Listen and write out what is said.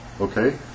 Okay